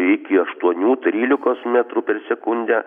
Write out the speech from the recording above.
iki aštuonių trylikos metrų per sekundę